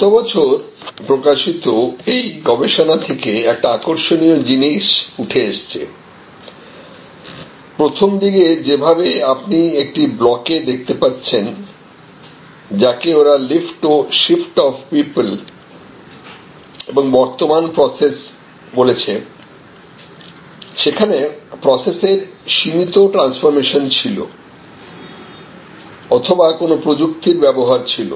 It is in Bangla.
গত বছর প্রকাশিত এই গবেষণা থেকে একটা আকর্ষণীয় জিনিস উঠে এসেছে প্রথম দিকে যেভাবে আপনি একটি ব্লকে দেখতে পাচ্ছেন যাকে ওরা লিফট ও শিফট অফ পিপল এবং বর্তমান প্রসেস বলেছে যেখানে প্রসেসের সীমিত ট্রানসফর্মেশন ছিল অথবা কোন প্রযুক্তির ব্যবহার ছিল